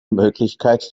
möglichkeit